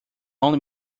only